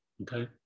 okay